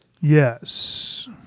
Yes